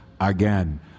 again